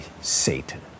Satan